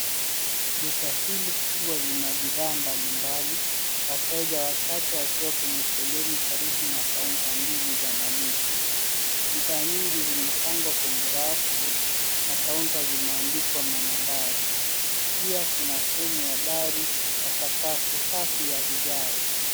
Duka hili kubwa lina bidhaa mbalimbali, wateja wachache wakiwa kwenye foleni karibu na kaunta mbili za malipo. Bidhaa nyingi zimepangwa kwenye rafu na kaunta zimeandikwa manambari. Pia kuna feni ya dari na sakafu safi ya vigae.